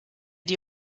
die